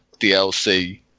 DLC